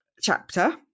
chapter